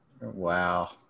Wow